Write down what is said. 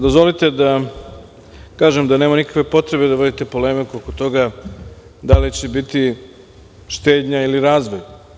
Dozvolite da kažem da nema nikakve potrebe da vodite polemiku oko toga da li će biti štednja ili razvoj.